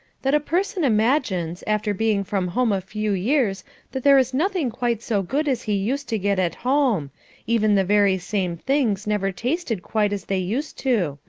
that a person imagines, after being from home a few years that there is nothing quite so good as he used to get at home even the very same things never tasted quite as they used to.